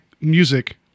music